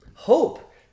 hope